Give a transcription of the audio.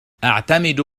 أعتمد